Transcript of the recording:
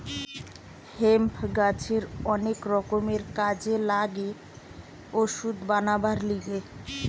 hemp গাছের অনেক রকমের কাজে লাগে ওষুধ বানাবার লিগে